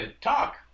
Talk